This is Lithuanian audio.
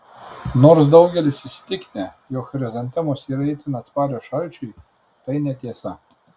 nors daugelis įsitikinę jog chrizantemos yra itin atsparios šalčiui tai netiesa